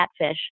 catfish